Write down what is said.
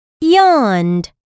Yawned